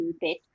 bit